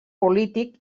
polític